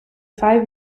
five